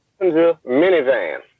Minivan